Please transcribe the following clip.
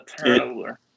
turnover